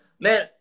Man